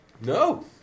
No